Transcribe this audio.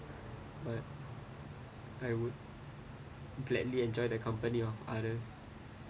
but I would gladly enjoy the company of others